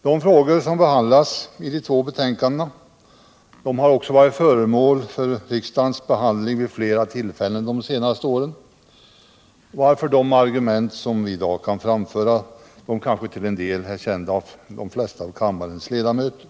De frågor som behandlas i de två betänkandena har varit föremål för riksdagens behandling vid flera tillfällen under de senaste åren, varför de argument som vi i dag kan framföra kanske till en del är kända av de flesta av kammarens ledamöter.